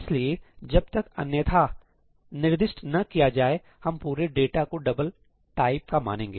इसलिए जब तक अन्यथा निर्दिष्ट न किया जाएहम पूरे डेटा को डबल टाइप का मानेंगे